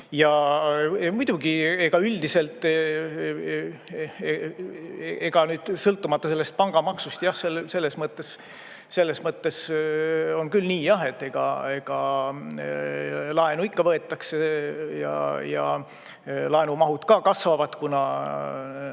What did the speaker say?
Ja muidugi üldiselt, ega sõltumata sellest pangamaksust, jah, selles mõttes on küll nii jah, et ega laenu ikka võetakse ja laenumahud ka kasvavad, kuna